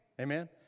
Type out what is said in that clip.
Amen